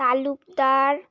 Talukdar